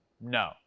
No